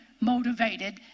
motivated